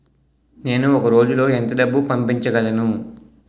నేను ఒక రోజులో ఎంత డబ్బు పంపించగలను?